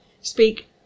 speak